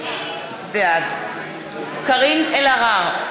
בעד קארין אלהרר,